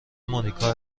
مونیکا